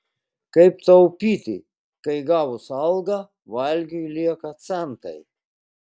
kaip taupyti kai gavus algą valgiui lieka centai